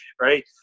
right